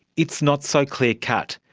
it's not so clear-cut,